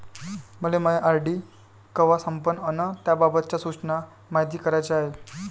मले मायी आर.डी कवा संपन अन त्याबाबतच्या सूचना मायती कराच्या हाय